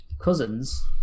Cousins